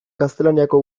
gaztelaniazko